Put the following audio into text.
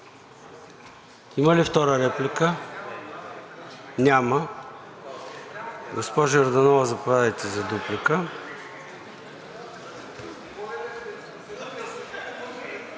Има ли втора реплика? Няма. Госпожо Йорданова, заповядайте за дуплика.